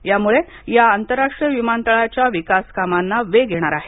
यामुळे या आंतरराष्ट्रीय विमानतळाच्या विकास कामांना वेग येणार आहे